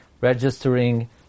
registering